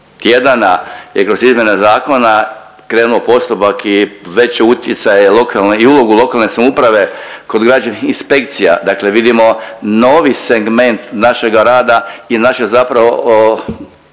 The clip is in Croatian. tjedana i kroz izmjene zakona krenuo postupak i veće utjecaje lokalne i ulogu lokalne samouprave kod građevinskih inspekcija, dakle vidimo novi segment našega rada i naše zapravo